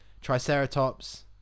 Triceratops